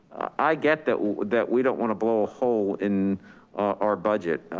i get that that we don't wanna blow a hole in our budget.